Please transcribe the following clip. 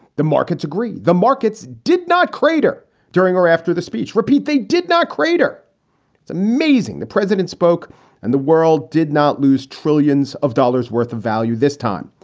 the markets agree. the markets did not crater during or after the speech. repeat, they did not crater. it's amazing the president spoke and the world did not lose trillions of dollars worth of value this time.